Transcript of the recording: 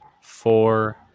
four